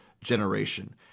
generation